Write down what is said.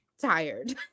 tired